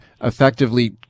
effectively